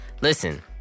Listen